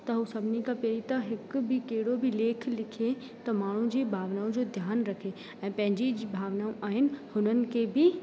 त हू सभिनी खां पहिरीं त हिकु बि कहिड़ो बि लेख लिखे त माण्हू जी भावनाऊं जो ध्यानु रखे ऐं पंहिंजी जीअं भावनाऊं आहिनि हुननि खे बि